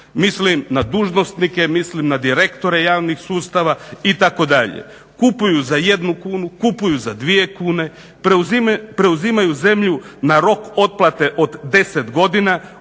Mislim na dužnosnike, mislim na direktore javnih sustava itd. Kupuju za jednu kunu, kupuju za dvije kune, preuzimaju zemlju na rok otplate od deset godina.